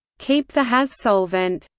keep the has solvent.